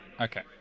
Okay